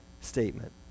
statement